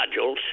modules